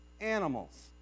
animals